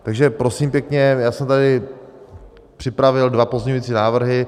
Takže prosím pěkně, já jsem tady připravil dva pozměňovací návrhy.